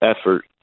effort